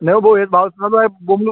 नाही हो भाऊ हेच भाव चालू आहेत बोंबलून